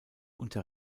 unter